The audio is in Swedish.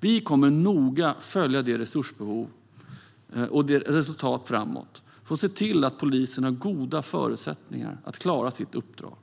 Vi kommer noga att följa resursbehovet och resultaten framåt och se till att polisen har goda förutsättningar att klara sitt uppdrag.